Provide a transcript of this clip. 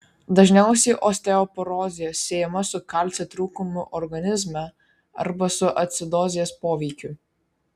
dažniausiai osteoporozė siejama su kalcio trūkumu organizme arba su acidozės poveikiu